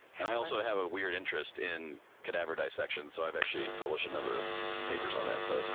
and i also have a weird interest in cadaver dissection. so i've actually published a number of papers on that. so, so